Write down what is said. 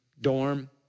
dorm